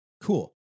Cool